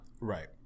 right